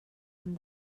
hem